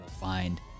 find